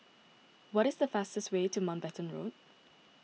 what is the fastest way to Mountbatten Road